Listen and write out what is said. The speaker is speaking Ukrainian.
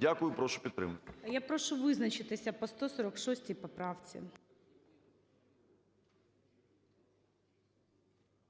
Дякую. Прошу підтримати. ГОЛОВУЮЧИЙ. Я прошу визначитися по 146 поправці.